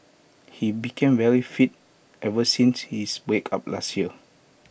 he became very fit ever since his breakup last year